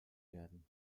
werden